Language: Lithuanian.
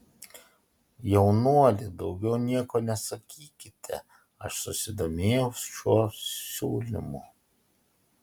jaunuoli daugiau nieko nesakykite aš susidomėjau šiuo siūlymu